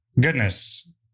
goodness